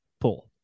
pull